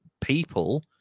people